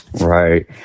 right